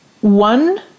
one